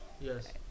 yes